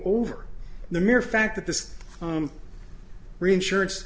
over the mere fact that this reinsurance